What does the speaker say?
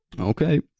Okay